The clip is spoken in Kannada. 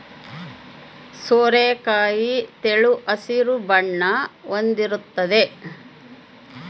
ಸೋರೆಕಾಯಿ ತೆಳು ಹಸಿರು ಬಣ್ಣ ಹೊಂದಿರ್ತತೆ